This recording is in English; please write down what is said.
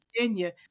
Virginia